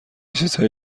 چیزهای